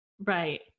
Right